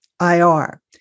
IR